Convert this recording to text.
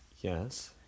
Yes